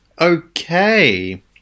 Okay